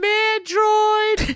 Mandroid